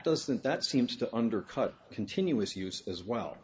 doesn't that seems to undercut continuous use as well